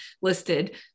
listed